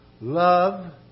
Love